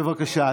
בבקשה,